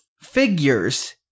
figures